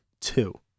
Two